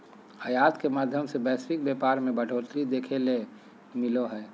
आयात के माध्यम से वैश्विक व्यापार मे बढ़ोतरी देखे ले मिलो हय